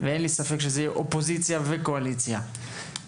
ואין לי ספק שזאת תהיה אופוזיציה וקואליציה - ועל